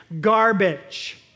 garbage